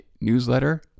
newsletter